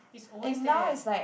is always there